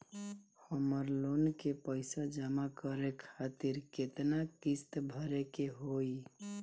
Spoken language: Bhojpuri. हमर लोन के पइसा जमा करे खातिर केतना किस्त भरे के होई?